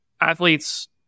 athletes